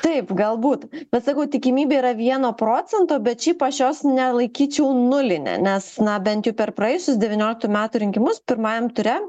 taip galbūt bet sakau tikimybė yra vieno procento bet šiaip aš jos nelaikyčiau nuline nes na bent jau per praėjusius devyniolikų metų rinkimus pirmajam ture